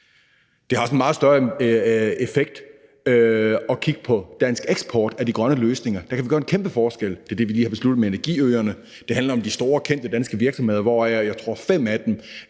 Det har også en meget større effekt at kigge på dansk eksport af de grønne løsninger. Der kan vi gøre en kæmpe forskel. Det er det, vi lige har besluttet med energiøerne. Det handler om de store kendte danske virksomheder, hvoraf jeg tror de fem